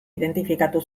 identifikatu